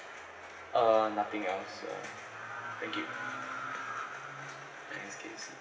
uh nothing else uh thank you thanks kacey